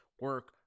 Work